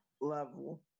level